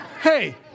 Hey